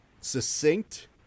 succinct